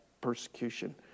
persecution